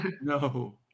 no